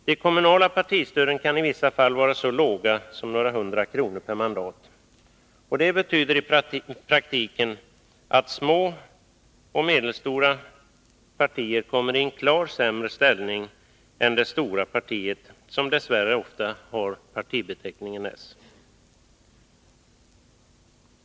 De kommunala partistöden kan i vissa fall vara så låga som några hundra kronor per mandat. Detta betyder i praktiken att små och medelstora partier kommeri en klart sämre ställning än det stora partiet, som dess värre ofta har partibeteckningen s.